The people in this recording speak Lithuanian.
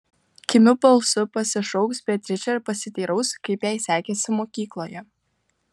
kimiu balsu pasišauks beatričę ir pasiteiraus kaip jai sekėsi mokykloje